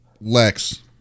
Lex